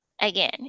Again